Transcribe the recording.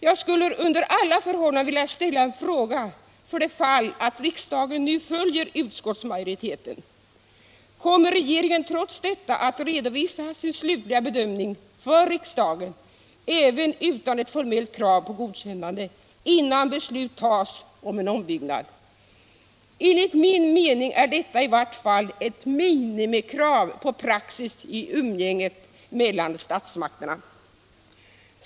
Jag skulle under alla förhållanden vilja ställa en fråga för det fall att riksdagen nu följer utskottsmajoriteten: Kommer regeringen trots detta att redovisa sin slutliga bedömning för riksdagen - även utan ett formellt krav på godkännande — innan beslut tas om en ombyggnad? Enligt min mening är detta i vart fall ett minimikrav på praxis i umgänget mellan statsmakterna.